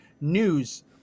News